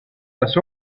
las